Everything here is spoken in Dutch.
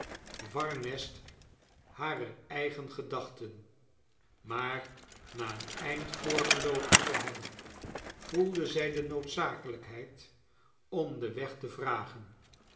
warnest harer eigen gedachten maar na een eind voortgeloopen te hebben voelde zij de noodzakelijkheid om den weg te vragen